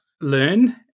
learn